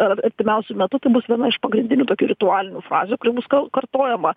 ar artimiausiu metu tai bus viena iš pagrindinių tokių ritualinių fazių kurioje bus kal kartojama